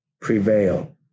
prevail